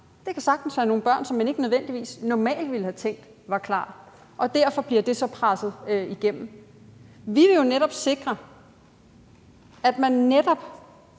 Det kan sagtens være nogle børn, som man ikke nødvendigvis normalt ville have tænkt var klar, og derfor bliver det så presset igennem. Vi vil netop sikre, at man både